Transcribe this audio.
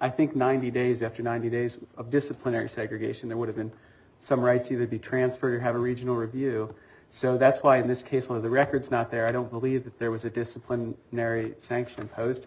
i think ninety days after ninety days of disciplinary segregation there would have been some rights either be transferred or have a regional review so that's why in this case of the records not there i don't believe that there was a discipline narry sanction post in